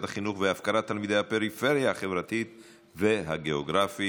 החינוך והפקרת תלמידי הפריפריה החברתית והגיאוגרפית,